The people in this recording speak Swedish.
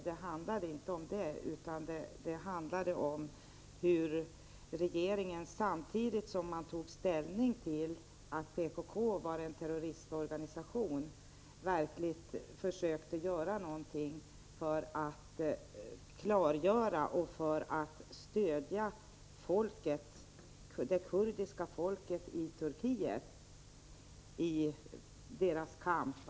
Det handlade inte om det utan om i vad mån regeringen, samtidigt som den tog ställning för att PKK var en terroristorganisation, verkligen försökte göra någonting för att stödja det kurdiska folket i dess kamp i Turkiet.